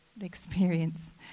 experience